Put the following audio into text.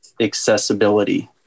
accessibility